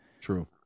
True